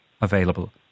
available